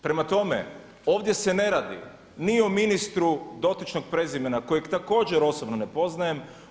Prema tome, ovdje se ne radi ni o ministru dotičnog prezimena kojeg također osobno ne poznajem.